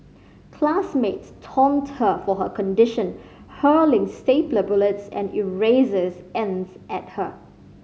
classmates taunted her for her condition hurling stapler bullets and erases ends at her